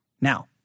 Now